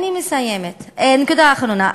אני מסיימת, נקודה אחרונה.